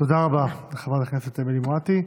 תודה רבה לחברת הכנסת אמילי מואטי.